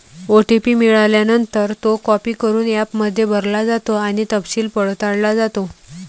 OTP मिळाल्यानंतर, तो copy करून ॲपमध्ये भरला जातो आणि तपशील पडताळला जातो